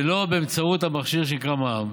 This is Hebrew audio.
ולא באמצעות המכשיר שנקרא מע"מ.